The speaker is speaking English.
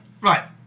Right